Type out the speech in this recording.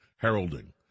Heralding